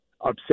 upset